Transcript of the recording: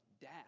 death